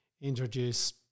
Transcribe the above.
introduce